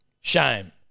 Shame